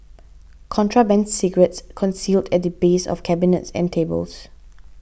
contraband cigarettes concealed at the base of cabinets and tables